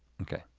okay.